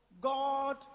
God